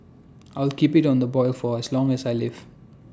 I'll keep IT on the boil for as long as I live